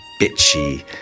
bitchy